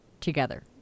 together